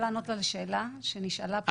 לענות לה לשאלה שנשאלה?